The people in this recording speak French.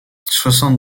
soixante